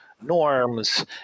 norms